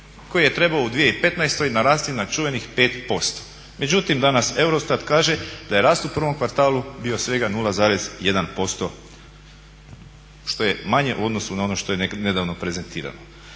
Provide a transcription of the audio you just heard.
koji je trebao u 2015. narasti na čuvenih 5%, međutim danas EUROSTAT kaže da je rast u prvom kvartalu bio svega 0,1% što je manje u odnosu na ono što je nedavno prezentirano.